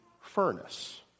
furnace